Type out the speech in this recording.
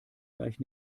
gleich